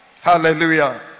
Hallelujah